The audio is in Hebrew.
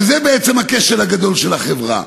שזה בעצם הכשל הגדול של החברה.